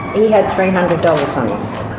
he had three hundred dollars